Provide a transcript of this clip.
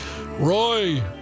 Roy